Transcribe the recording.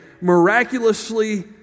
miraculously